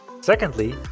Secondly